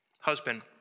husband